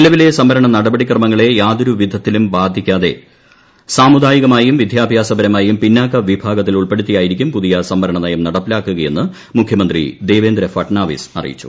നിലവില്ലെ സംപ്പരണ നടപടിക്രമങ്ങളെ യാതൊരു വിധത്തിലും ബാധിക്കാതെ സ്മുദായികമായും വിദ്യാഭ്യാസപരമായും പിന്നാക്ക വിഭാഗത്തിൽ ഉൾപ്പെടുത്തിയായിരിക്കും പുതിയ സംവരണ നയം നടപ്പിലാക്കുകയെന്ന് മുഖ്യമന്ത്രി ദേവേന്ദ്ര ഫട്നാവിസ് അറിയിച്ചു